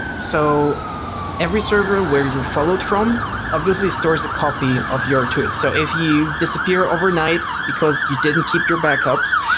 so every server where you're followed from obviously stores a copy of your toot. so if you disappear overnight because you didn't keep your backups,